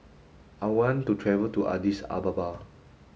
I want to travel to Addis Ababa